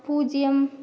பூஜ்யம்